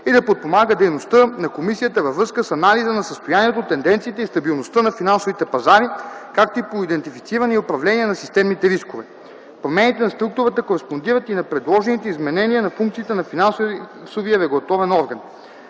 и да подпомага дейността на комисията във връзка с анализа на състоянието, тенденциите и стабилността на финансовите пазари, както и по идентифициране и управление на системните рискове. Промените на структурата кореспондират и на предложените изменения на функциите на финансовия регулаторен орган.